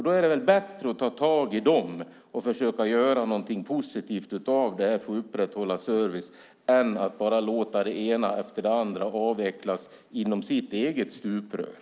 Då är det väl bättre att ta tag i dem och försöka göra något av dem för att upprätthålla service än att bara låta det ena efter det andra avvecklas i sitt eget stuprör?